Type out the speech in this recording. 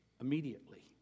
immediately